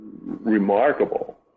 remarkable